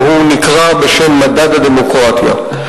והוא נקרא בשם "מדד הדמוקרטיה".